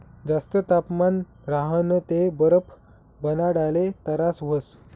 जास्त तापमान राह्यनं ते बरफ बनाडाले तरास व्हस